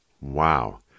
Wow